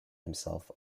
himself